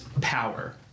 power